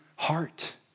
Heart